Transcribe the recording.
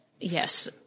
yes